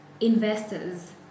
investors